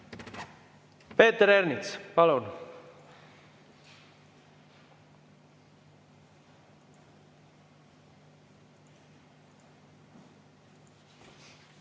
Peeter Ernits, palun!